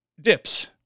dips